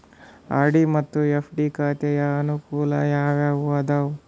RD ಮತ್ತು FD ಖಾತೆಯ ಅನುಕೂಲ ಯಾವುವು ಅದಾವ?